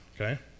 okay